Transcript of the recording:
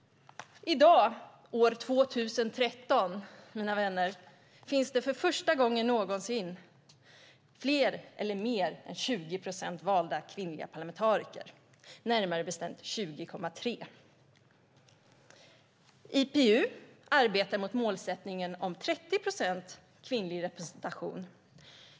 I dag år 2013, mina vänner, finns det för första gången någonsin mer än 20 procent valda kvinnliga parlamentariker, närmare bestämt 20,3. IPU arbetar mot målet 30 procent kvinnlig representation.